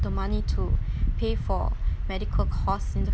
the money to pay for medical costs